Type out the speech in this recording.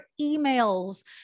emails